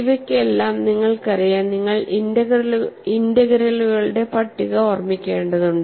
ഇവയ്ക്കെല്ലാം നിങ്ങൾക്കറിയാം നിങ്ങൾ ഇന്റഗ്രലുകളുടെ പട്ടിക ഓർമ്മിക്കേണ്ടതുണ്ട്